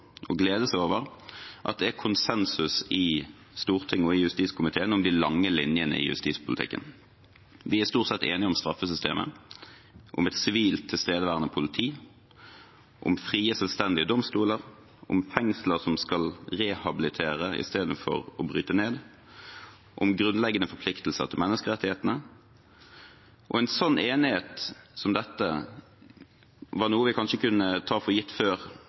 og glede seg over, som at det er konsensus i Stortinget og i justiskomiteen om de lange linjene i justispolitikken. Vi er stort sett enige om straffesystemet, om et sivilt, tilstedeværende politi, om frie, selvstendige domstoler, om fengsler som skal rehabilitere i stedet for å bryte ned, og om grunnleggende forpliktelser til menneskerettighetene. En enighet som dette var noe vi kanskje kunne ta for gitt før,